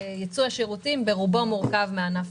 וייצוא השירותים ברובו מורכב מענף